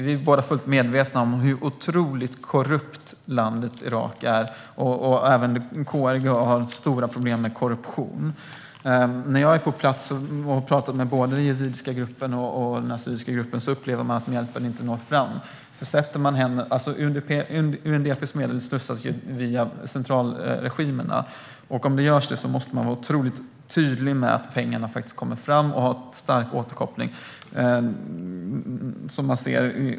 Vi är båda fullt medvetna om hur otroligt korrupt landet Irak är, och även KRG har stora problem med korruption. När jag har varit på plats och pratat med både den yazidiska gruppen och den assyriska gruppen har de sagt att de upplever att hjälpen inte når fram. UNDP:s medel slussas via centralregimerna. När det sker måste man vara otroligt tydlig med att pengarna faktiskt kommer fram, och det måste finnas en stark återkoppling.